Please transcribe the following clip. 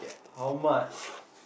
how much